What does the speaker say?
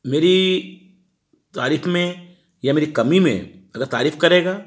मेरी तारीफ में या मेरी कमी में अगर तारीफ करेगा